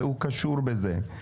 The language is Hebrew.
והוא קשור בזה.